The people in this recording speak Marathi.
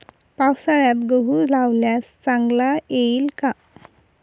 पावसाळ्यात गहू लावल्यास चांगला येईल का?